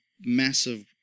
massive